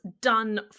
done